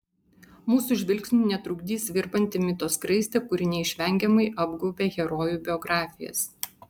mūsų žvilgsniui netrukdys virpanti mito skraistė kuri neišvengiamai apgaubia herojų biografijas